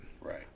Right